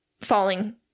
falling